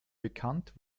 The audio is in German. bekannt